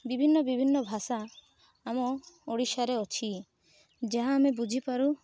ବିଭିନ୍ନ ବିଭିନ୍ନ ଭାଷା ଆମ ଓଡ଼ିଶାରେ ଅଛି ଯାହା ଆମେ ବୁଝିପାରୁ